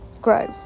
grow